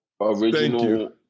original